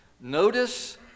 notice